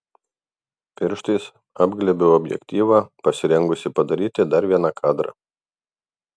pirštais apglėbiau objektyvą pasirengusi padaryti dar vieną kadrą